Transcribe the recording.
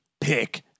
Pick